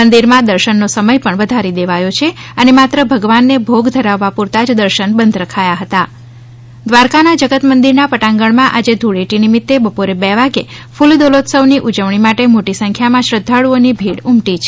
મંદિરમાં દર્શન નો સમથ પણ વધારી દેવાયો છે અને માત્ર ભગવાન ને ભોગ ધરાવવા પુરતાજ દર્શન બંધ રખાયા હતા દ્વારકાના જગત મંદિરના પટાંગણમાં આજે ધૂળેટી નિમિત્તે બપોરે બે વાગ્યે કૂલદોલોત્સવની ઉજવણી માટે મોટી સંખ્યામાં શ્રધ્ધાળુઓની ભીડ ઉમટી છે